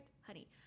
honey